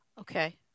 Okay